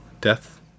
death